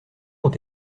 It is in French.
ont